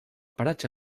paratge